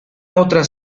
otra